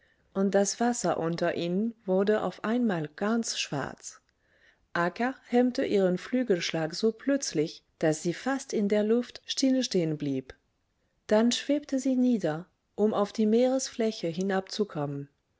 und das wasser unter ihnen wurde auf einmal ganz schwarz akka hemmte ihren flügelschlag so plötzlich daß sie fast in der luft still stehen blieb dann schwebte sie nieder um auf die meeresfläche hinabzukommen